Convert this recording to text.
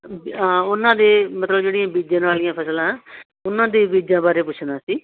ਆਂ ਉਹਨਾਂ ਦੇ ਮਤਲਬ ਜਿਹੜੀਆਂ ਬੀਜਣ ਵਾਲੀਆਂ ਫਸਲਾਂ ਉਹਨਾਂ ਦੇ ਬੀਜਾਂ ਬਾਰੇ ਪੁੱਛਣਾ ਸੀ